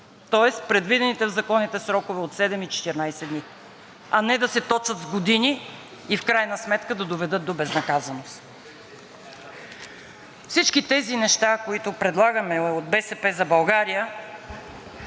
в предвидените в законите срокове от 7 и 14 дни, а не да се точат години и в крайна сметка да доведат до безнаказаност. Всички тези неща, които предлагаме от „БСП за България“,